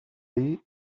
ahí